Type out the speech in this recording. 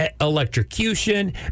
electrocution